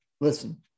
Listen